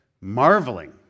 marveling